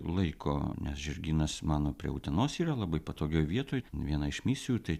laiko nes žirgynas mano prie utenos yra labai patogioj vietoj viena iš misijų tai